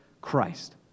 Christ